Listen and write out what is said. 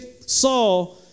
Saul